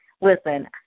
Listen